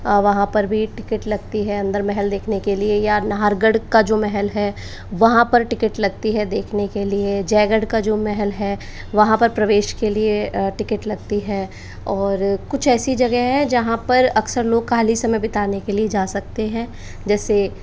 वहाँ पर भी टिकिट लगती है अंदर महल देखने के लिए या नाहरगढ़ का जो महल है वहाँ पर टिकिट लगती है देखने के लिए जयगढ़ का जो महल है वहाँ पर प्रवेश के लिए टिकिट लगती है और कुछ ऐसी जगह है जहाँ पर अक्सर लोग खाली समय बिताने के लिए जा सकते हैं जैसे